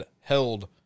held